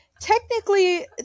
technically